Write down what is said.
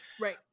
Right